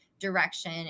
direction